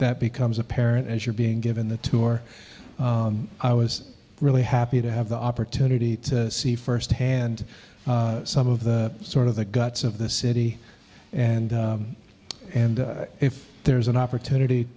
that becomes apparent as you're being given the tour i was really happy to have the opportunity to see firsthand some of the sort of the guts of the city and and if there's an opportunity